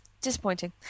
disappointing